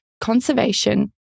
conservation